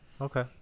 okay